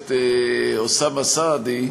הכנסת אוסאמה סעדי.